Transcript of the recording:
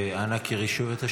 אנא קראי שוב את השמות.